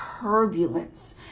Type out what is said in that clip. turbulence